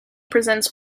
presents